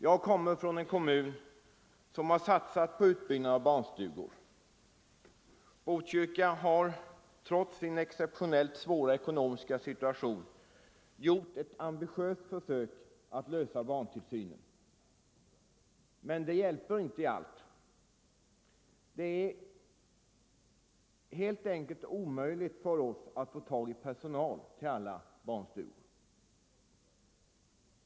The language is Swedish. Jag kommer från en kommun som har satsat på utbyggnad av barnstugor. Botkyrka har trots sin exceptionellt svåra ekonomiska situation gjort ett ambitiöst försök att lösa barntillsynen — men det hjälper inte i allt. Det är helt enkelt omöjligt för oss att få tag i personal till alla barnstugor.